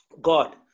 God